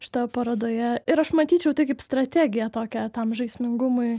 šitoje parodoje ir aš matyčiau tai kaip strategiją tokią tam žaismingumui